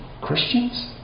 Christians